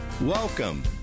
Welcome